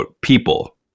people